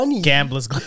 gamblers